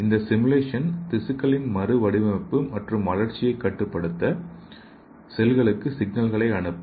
இந்த சிமுலேஷன் திசுக்களின் மறுவடிவமைப்பு மற்றும் வளர்ச்சியைக் கட்டுப்படுத்த செல்களுக்கு சிக்னல்களை அனுப்பும்